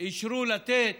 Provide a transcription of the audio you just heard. אישרו לתת